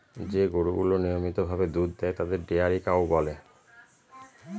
যে গরুগুলা নিয়মিত ভাবে দুধ দেয় তাদের ডেয়ারি কাউ বলে